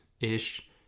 ish